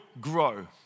grow